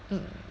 mm